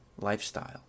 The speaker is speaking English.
lifestyle